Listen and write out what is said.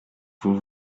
vous